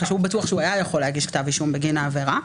שהוא בטוח שהוא היה יכול להגיש כתב אישום בגין העבירה.